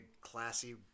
classy